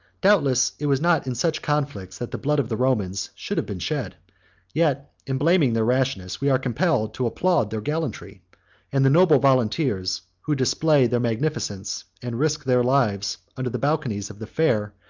doubtless it was not in such conflicts that the blood of the romans should have been shed yet, in blaming their rashness, we are compelled to applaud their gallantry and the noble volunteers, who display their magnificence, and risk their lives, under the balconies of the fair,